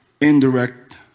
indirect